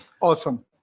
Awesome